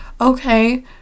okay